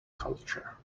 culture